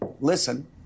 listen